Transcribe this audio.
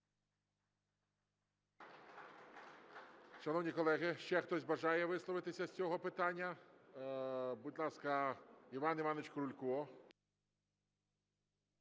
Дякую.